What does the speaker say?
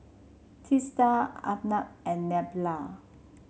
Teesta Arnab and Neila